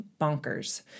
bonkers